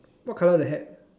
what colour the hat